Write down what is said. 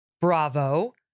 Bravo